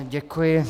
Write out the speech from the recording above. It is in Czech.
Děkuji.